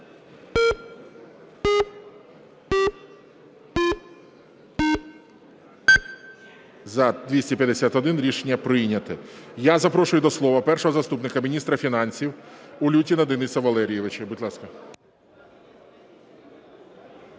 За-251 Рішення прийнято. Я запрошую до слова першого заступника міністра фінансів Улютіна Дениса Валерійовича, будь ласка.